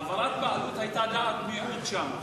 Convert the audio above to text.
העברת בעלות היתה דעת מיעוט שם.